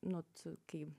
nu t su kai